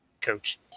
coach